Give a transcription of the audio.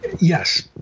Yes